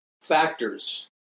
factors